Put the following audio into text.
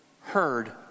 heard